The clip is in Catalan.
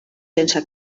sense